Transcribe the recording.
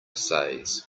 says